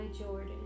Jordan